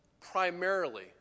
primarily